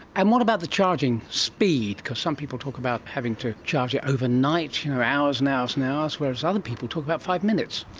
and what about the charging speed, because some people talk about having to charge it overnight, hours and hours and hours, whereas other people talk about five minutes.